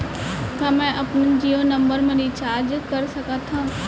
का मैं अपन जीयो नंबर म रिचार्ज कर सकथव?